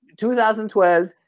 2012